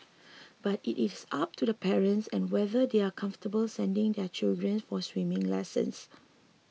but it is up to the parents and whether they are comfortable sending their children for swimming lessons